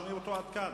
שומעים אותו עד כאן.